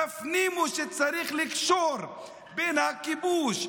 תפנימו שצריך לקשור בין הכיבוש,